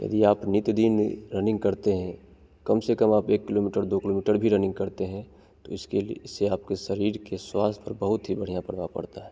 यदि आप नित दिन रनिंग करते हैं कम से कम आप एक किलोमीटर दो किलोमीटर भी रनिंग करते हैं तो इसके लिए इससे आपके शरीर के स्वास्थ्य पर बहुत ही बढ़िया प्रभाव पड़ता है